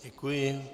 Děkuji.